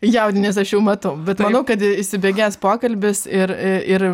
jaudinies aš jau matau bet manau kad įsibėgės pokalbis ir ir